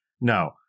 No